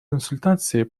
консультации